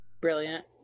Brilliant